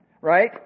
right